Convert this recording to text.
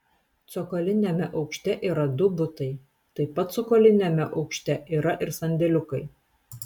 cokoliniame aukšte yra du butai taip pat cokoliniame aukšte yra ir sandėliukai